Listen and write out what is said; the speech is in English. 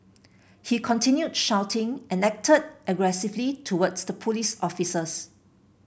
he continued shouting and acted aggressively towards the police officers